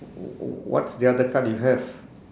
w~ w~ what's the other card you have